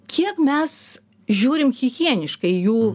kiek mes žiūrime hihieniškai jų